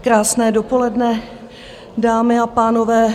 Krásné dopoledne, dámy a pánové.